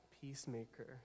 peacemaker